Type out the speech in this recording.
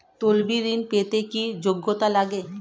তলবি ঋন পেতে কি যোগ্যতা লাগে?